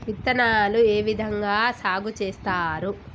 విత్తనాలు ఏ విధంగా సాగు చేస్తారు?